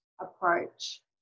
approach